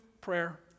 prayer